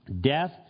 Death